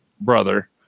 brother